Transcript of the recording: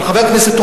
אפשר לשאול שאלה?